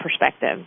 perspective